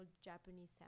Japanese